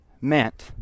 meant